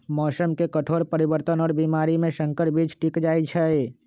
मौसम के कठोर परिवर्तन और बीमारी में संकर बीज टिक जाई छई